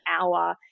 hour